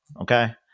Okay